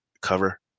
cover